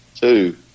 Two